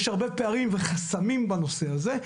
יש הרבה פערים וחסמים בנושא הזה.